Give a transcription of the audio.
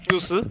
六十